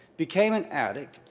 became an addict,